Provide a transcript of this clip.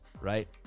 Right